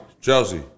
Chelsea